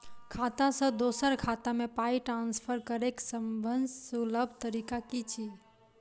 खाता सँ दोसर खाता मे पाई ट्रान्सफर करैक सभसँ सुलभ तरीका की छी?